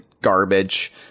garbage